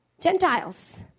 Gentiles